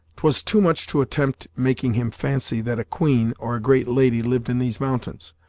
twas too much to attempt making him fancy that a queen, or a great lady, lived in these mountains,